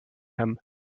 hem